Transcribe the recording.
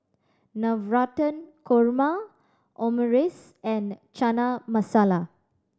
Navratan Korma Omurice and Chana Masala